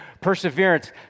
perseverance